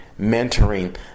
mentoring